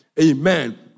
Amen